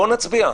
בואו נצביע.